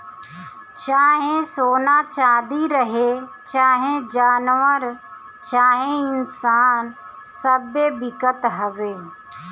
चाहे सोना चाँदी रहे, चाहे जानवर चाहे इन्सान सब्बे बिकत हवे